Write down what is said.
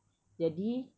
jadi